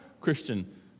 Christian